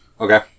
Okay